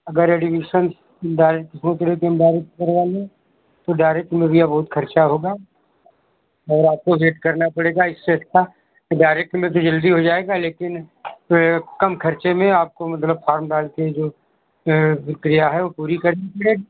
अगर admission direct सोच रहें कि हम डायरेक्ट करवा लें तो डायरेक्ट में भैया बहुत ख़र्चा होगा और आपको वैट करना पड़ेगा इससे अच्छा कि डायरेक्ट में तो जल्दी हो जाएगा लेकिन कम ख़र्चे में आपको मतलब फार्म डालकर जो यह प्रक्रिया है वह पूरी करनी पड़ेगी